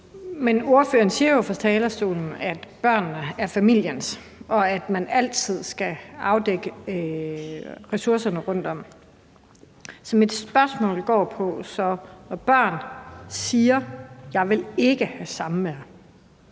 Men ordføreren siger jo fra talerstolen, at børnene er familiens, og at man altid skal afdække ressourcerne rundt om. Så mit spørgsmål går på, når børn siger: Jeg vil ikke have samvær,